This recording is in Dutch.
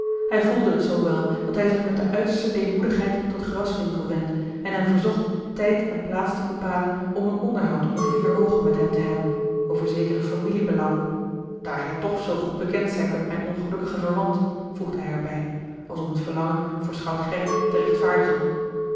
hij voelde het zoo wel dat hij zich met de uiterste deemoedigheid tot graswinckel wendde en hem verzocht tijd en plaats te bepalen om een onderhoud onder vier oogen met hem te hebben over zekere familiebelangen daar gij toch zoo goed bekend zijt met mijn ongelukkigen verwant voegde hij er bij als om het verlangen voor schout gerrit te rechtvaardigen